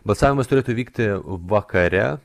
balsavimas turėtų vykti vakare